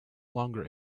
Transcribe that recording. longer